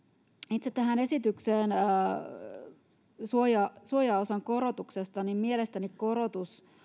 itse tähän esitykseen suojaosan korotuksesta niin mielestäni korotus